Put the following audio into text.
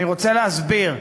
אני רוצה להסביר.